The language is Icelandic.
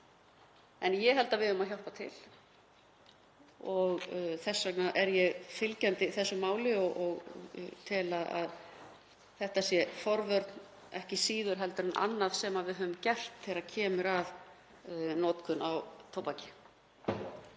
En ég held að við eigum að hjálpa til og þess vegna er ég fylgjandi þessu máli og tel að þetta sé forvörn, ekki síður en annað sem við höfum gert þegar kemur að notkun á tóbaki.